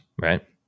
right